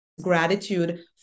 gratitude